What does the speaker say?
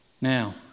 now